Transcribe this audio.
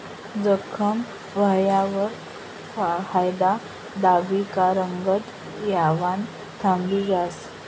जखम व्हवावर हायद दाबी का रंगत येवानं थांबी जास